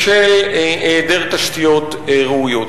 בשל היעדר תשתיות ראויות.